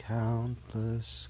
countless